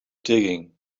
digging